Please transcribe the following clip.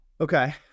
Okay